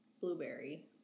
blueberry